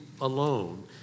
alone